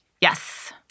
Yes